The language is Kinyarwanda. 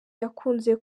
yakunze